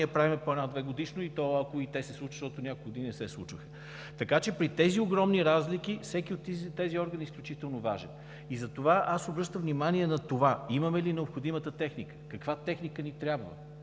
правим 2-годишно по една, и то, ако и те се случат, защото няколко години не се случваха. При тези огромни разлики всеки от тези органи е изключително важен. Затова обръщам внимание на това – имаме ли необходимата техника, каква техника ни трябва?